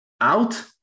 out